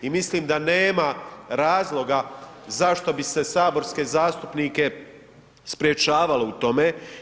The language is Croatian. I mislim da nema razloga, zašto bi se saborske zastupnike sprječavalo u tome.